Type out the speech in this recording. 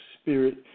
Spirit